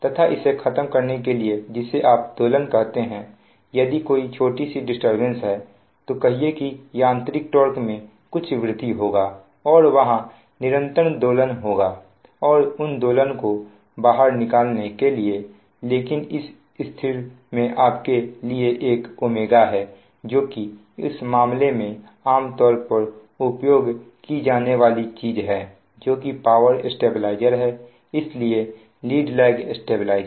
तथा इसे खत्म करने के लिए जिसे आप दोलन कहते हैं यदि कोई छोटी सी डिस्टरबेंस है तो यांत्रिक टॉर्क में कुछ वृद्धि होगा और वहाँ निरंतर दोलन होगा और उन दोलनों को बाहर निकालने के लिएलेकिन इस स्थिति में आपके लिए यह ω है जो कि उस मामले में आमतौर पर उपयोग की जाने वाली चीज़ है जो कि पावर स्टेबलाइज़र है इसलिए लीड लैग स्टेबलाइजर